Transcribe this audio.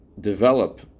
develop